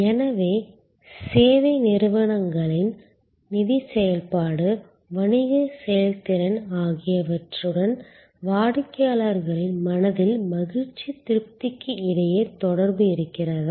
எனவே சேவை நிறுவனங்களின் நிதிச் செயல்பாடு வணிகச் செயல்திறன் ஆகியவற்றுடன் வாடிக்கையாளர்களின் மனதில் மகிழ்ச்சித் திருப்திக்கு இடையே தொடர்பு இருக்கிறதா